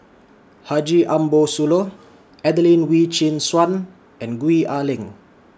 Haji Ambo Sooloh Adelene Wee Chin Suan and Gwee Ah Leng